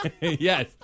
Yes